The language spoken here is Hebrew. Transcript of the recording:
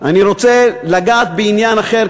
אני רוצה לגעת בעניין אחר,